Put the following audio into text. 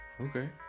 okay